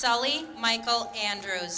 sally michael andrew